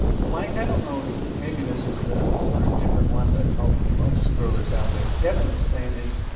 ah mike, i don't know, maybe this is for a different one, but i'll i'll just throw this out there. kevin's saying, is